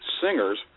singers